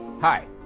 Hi